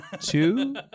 two